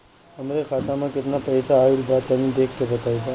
हमार खाता मे केतना पईसा आइल बा तनि देख के बतईब?